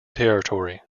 territory